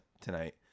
tonight